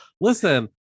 Listen